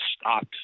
stopped